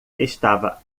estava